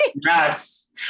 Yes